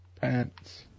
Pants